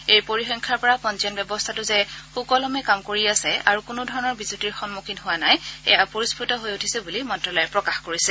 এই পৰিসংখ্যাৰ পৰা পঞ্জীয়ন ব্যৱস্থাটো যে সুকলমে কাম কৰি আছে আৰু কোনোধৰণৰ বিজুতিৰ সমুখীন হোৱা নাই সেয়া পৰিস্ফুট হৈ উঠিছে বুলি মন্ত্যালয়ে প্ৰকাশ কৰিছে